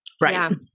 Right